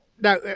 Now